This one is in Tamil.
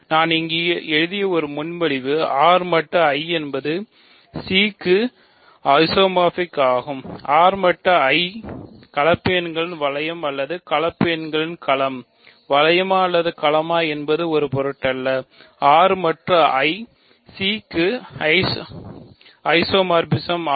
நான் இங்கு எழுதிய ஒரு முன்மொழிவு R மட்டு I என்பது C க்கு ஐசோமார்பிக் ஆகும்